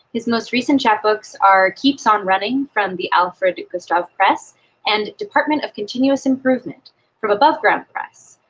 his most recent chat books are keeps on running from the alford gustav press and department of continuous improvement from above ground press.